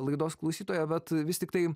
laidos klausytoją bet vis tiktai